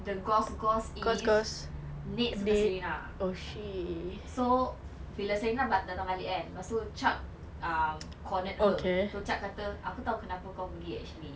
the gossip gossip is nick suka serena so bila serena datang balik kan lepas itu chuck um cornered her so chuck kata aku tahu kenapa kau pergi H E